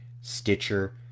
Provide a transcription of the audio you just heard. Stitcher